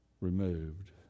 removed